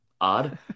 odd